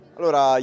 Allora